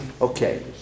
Okay